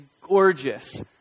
gorgeous